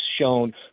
shown